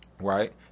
right